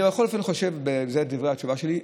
בכל אופן, אני חושב, ואלה דברי התשובה שלי: